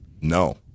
no